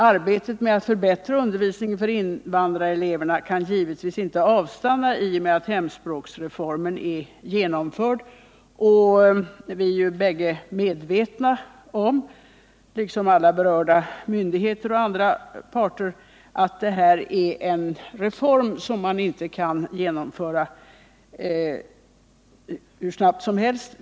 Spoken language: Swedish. Arbetet med att förbättra undervisningen för invandrareleverna kan givetvis inte avstanna i och med att hemspråksreformen är genomförd. Vi är bägge medvetna om, liksom alla berörda myndigheter och andra parter, att detta är en reform som man inte kan genomföra hur snabbt som helst.